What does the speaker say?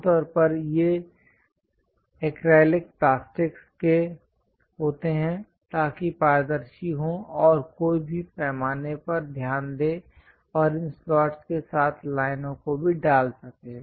आमतौर पर ये ऐक्रेलिक प्लास्टिक के होते हैं ताकि पारदर्शी हो और कोई भी पैमाने पर ध्यान दें और इन स्लॉट्स के साथ लाइनों को भी डाल सकें